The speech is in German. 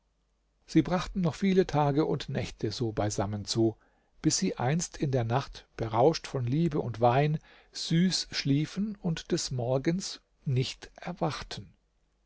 sie brachten noch viele tage und nächte so beisammen zu bis sie einst in der nacht berauscht von liebe und wein süß schliefen und des morgens nicht erwachten